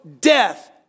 death